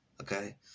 Okay